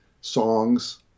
songs